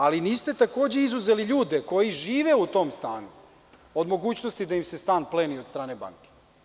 Ali, niste takođe izuzeli ljude koji žive u tom stanu od mogućnosti da im se stan pleni od strane banke.